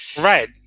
right